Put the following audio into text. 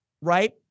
right